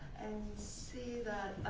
and see that